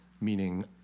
meaning